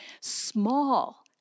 small